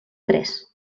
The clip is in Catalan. tres